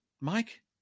Mike